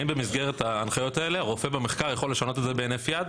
האם במסגרת ההנחיות האלה הרופא במחקר יכול לשנות את זה בהינף יד?